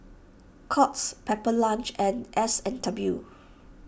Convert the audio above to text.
Courts Pepper Lunch and S and W